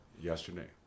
yesterday